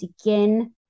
again